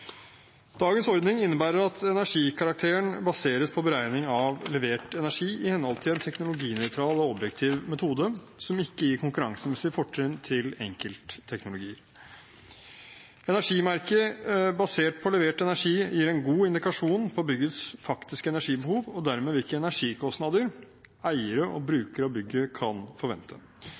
Dagens ordning innebærer at energikarakteren baseres på beregning av levert energi i henhold til en teknologinøytral og objektiv metode som ikke gir konkurransemessige fortrinn til enkeltteknologier. Energimerket basert på levert energi gir en god indikasjon på byggets faktiske energibehov og dermed hvilke energikostnader eiere og brukere av bygget kan forvente.